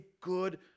good